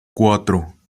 cuatro